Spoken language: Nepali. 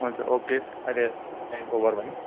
हुन्छ ओके अहिले चाहिँ ओभर भयो कि